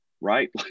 right